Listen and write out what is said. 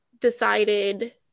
decided